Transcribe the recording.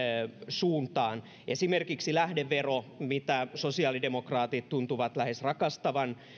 suuntaan esimerkiksi lähdevero mitä sosiaalidemokraatit tuntuvat lähes rakastavan